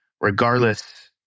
regardless